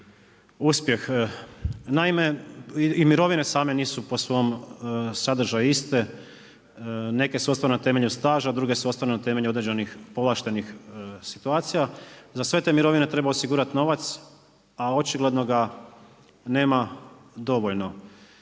uspjeh. Naime, i mirovine same nisu po svom sadržaju iste, neke su ostvarene na temelju staža, duge su ostvarene na temelju određenih, povlaštenih situacija. Za sve te mirovine treba osigurati novac, a očigledno ga nema dovoljno.